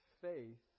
Faith